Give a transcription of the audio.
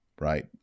right